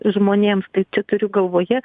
žmonėms tai čia turiu galvoje